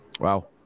Wow